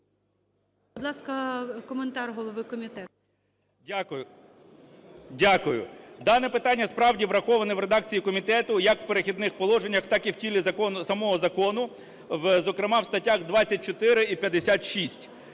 Дякую. Дане питання справді враховане в редакції комітету як в "Перехідних положеннях", так і в тілі самого закону, зокрема в статтях 24 і 56.